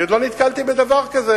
אני עוד לא נתקלתי בדבר כזה.